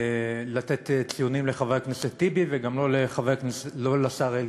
לתת ציונים לא לחבר הכנסת טיבי וגם לא לשר אלקין,